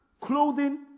clothing